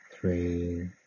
three